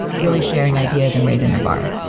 really sharing ideas and raising the bar?